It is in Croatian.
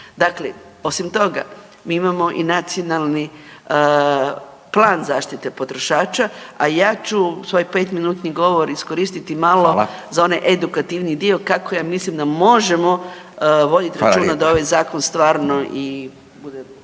Dakle, osim toga, mi imamo i nacionalni plan zaštite potrošača, a ja ću svoj 5-minutni govor iskoristiti malo .../Upadica: Hvala./... za onaj edukativni dio kako ja mislim da možemo voditi računa .../Upadica: Hvala lijepa./...